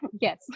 Yes